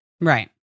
Right